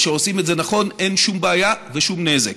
וכשעושים את זה נכון אין שום בעיה ושום נזק.